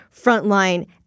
frontline